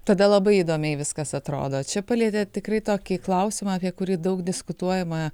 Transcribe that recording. todėl labai įdomiai viskas atrodo čia palietėt tikrai tokį klausimą apie kurį daug diskutuojama